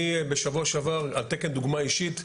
אני בשבוע שעבר, על תקן דוגמא אישית,